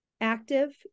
active